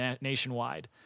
nationwide